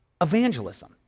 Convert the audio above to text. evangelism